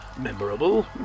memorable